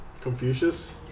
Confucius